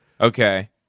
Okay